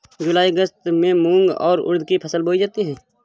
जूलाई अगस्त में मूंग और उर्द की फसल बोई जाती है